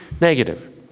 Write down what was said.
negative